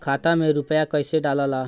खाता में रूपया कैसे डालाला?